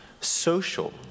social